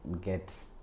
get